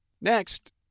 Next